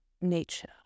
nature